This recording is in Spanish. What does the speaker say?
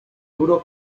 duro